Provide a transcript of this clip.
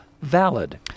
valid